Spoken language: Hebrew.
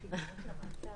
אנחנו ב-(3).